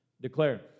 declare